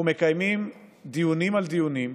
אנחנו מקיימים דיונים על דיונים